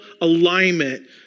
alignment